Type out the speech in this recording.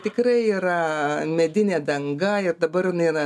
tikrai yra medinė danga ir dabar jinai na